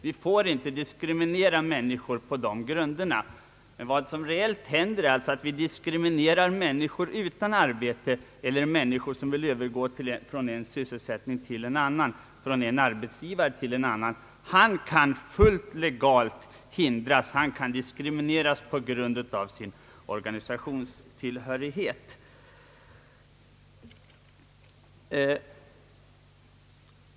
Vi får inte diskriminera människor på dessa grunder. Men vad som i realiteten händer är att vi diskriminerar människor utan arbete eller människor som vill övergå från en sysselsättning till en annan, från en arbets givare till en annan. Dessa människor kan fullt legalt hindras och diskrimineras på grund av sin organisationstillhörighet.